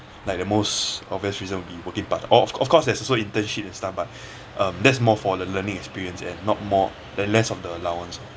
like the most obvious reason would be working part time oh of course there's also internship and stuff but um that's more for the learning experience and not more then less of the allowance